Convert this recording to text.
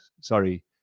sorry